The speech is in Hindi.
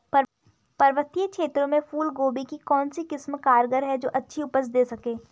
पर्वतीय क्षेत्रों में फूल गोभी की कौन सी किस्म कारगर है जो अच्छी उपज दें सके?